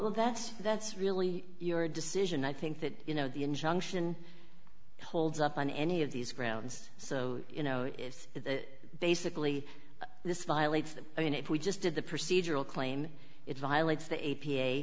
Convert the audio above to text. well that's that's really your decision i think that you know the injunction holds up on any of these grounds so you know is that basically this violates the i mean if we just did the procedural claim it violates the a